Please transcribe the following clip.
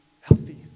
healthy